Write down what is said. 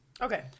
Okay